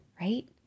right